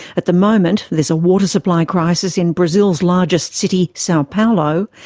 at the moment, there's a water supply crisis in brazil's largest city, sao paulo,